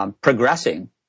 Progressing